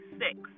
six